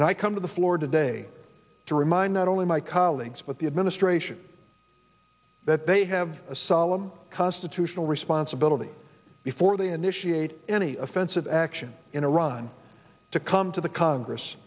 and i come to the floor today to remind not only my colleagues but the administration that they have a solemn constitutional responsibility before they initiate any offensive action in iran to come to the congress